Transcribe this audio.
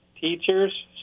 teachers